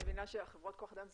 אני מבינה שחברות כח אדם,